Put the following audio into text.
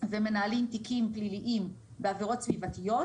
ומנהלים תיקים פליליים בעבירות סביבתיות,